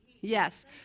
Yes